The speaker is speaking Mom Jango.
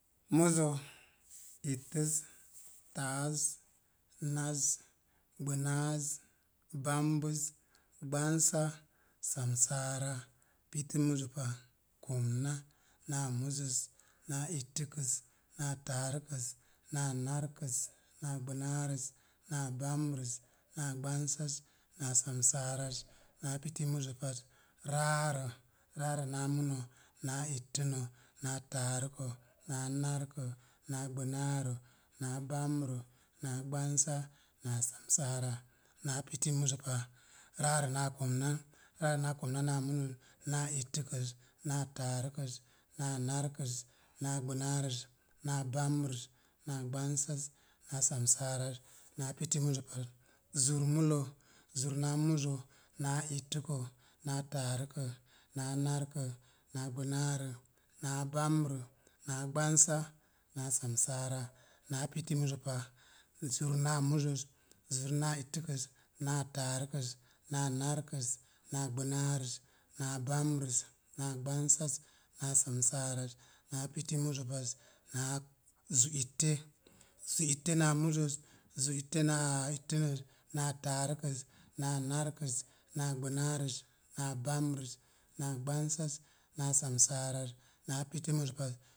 Muzə, ittəz, faaz, naz, gbonaaz, bambuz, gbansa, samsaara, piti muzə pa, komna. Naa muzəz, naa ittəkəz, naa taarəkəz, na narkəz, naa gbonaarəz, naa bambrəz, naa gbansa, na samsaaraz, naa piti muzə pa. Raarə, raarə naa mulol, naa ittənayi, naa taarukə, naa narkə, naa gbanaarə, naa bambrə, naa gbansa, naa samsaara, naa piti muzə pa. Raarə naa komnan, raara naa komna naa munən, naa ittəkəz, naa taarukəz, naa narkəz, naa gbonaarəz, naa bambrəz, naa gbansaz, naa samsaaraz, naa piti muzə paz, zur mulə, zur naa muzə, naa ittəka, naa taarukə, naa narkə, naa gbanaarə, naa bambrə, naa gbansa, naa samsaara, naa piti muzə pa, zur naa muzoz, naa ittəkəz, naa taarukəz, naa narkəz, naa gbonaarəz, naa bambrəz, naa gbansaz, naa samsaaraz, naa piti muzə paz, naa zu itte, zu itte naa muzəz, zu itte naa ittənaz, naa taarəkəz, naa narkəz, naa gbonaaraz, naa bambraz, na gbansaz, naa samsaaraz, naa piti muzə paz